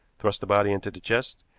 thrust the body into the chest,